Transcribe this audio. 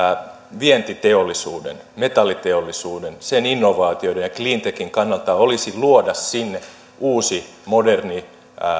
vientiteollisuuden metalliteollisuuden sen innovaatioiden ja cleantechin kannalta olisi luoda sinne uusi moderni